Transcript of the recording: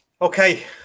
okay